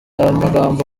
amagambo